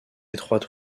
étroite